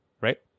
right